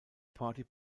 party